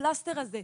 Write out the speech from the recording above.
הפלסטר הזה,